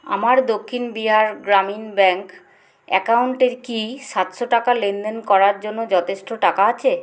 আমার দক্ষিণ বিহার গ্রামীণ ব্যাঙ্ক অ্যাকাউন্টে কি সাতশো টাকা লেনদেন করার জন্য যথেষ্ট টাকা আছে